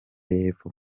y’epfo